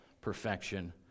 perfection